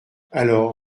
alors